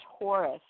Taurus